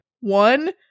one